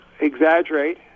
exaggerate